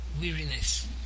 weariness